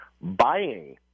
buying